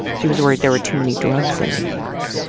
she was worried there were too many drugs in new york.